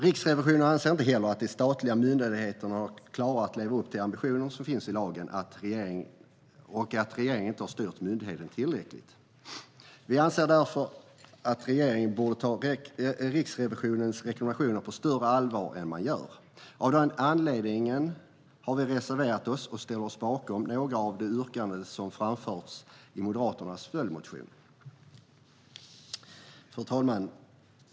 Riksrevisionen anser inte heller att de statliga myndigheterna har klarat av att leva upp till de ambitioner som finns i lagen och att regeringen inte har styrt myndigheterna tillräckligt. Vi anser därför att regeringen borde ta Riksrevisionens rekommendationer på större allvar än vad man gör. Av den anledningen har vi reserverat oss och ställt oss bakom några av de yrkanden som framförs i Moderaternas följdmotion. Fru talman!